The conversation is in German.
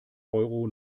euro